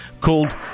called